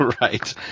Right